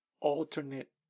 alternate